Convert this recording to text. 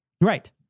Right